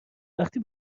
وقتی